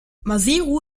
maseru